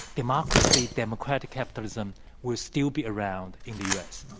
democracy, democratic capitalism will still be around in the u. s.